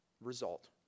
result